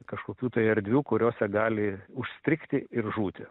kažkokių tai erdvių kuriose gali užstrigti ir žūti